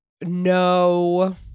no